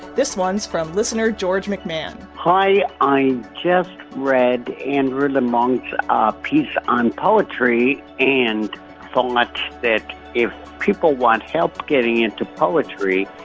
this one's from listener george mcmann hi. i just read andrew lamont's ah piece on poetry and so much that if people want help getting into poetry,